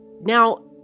now